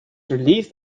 released